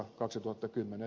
ettekö sanonutkin näin